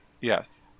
yes